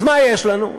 אז מה יש לנו?